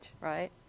right